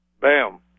bam